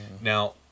Now